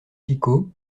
picaud